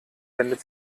wendet